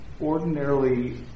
ordinarily